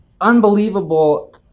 unbelievable